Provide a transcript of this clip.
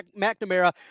McNamara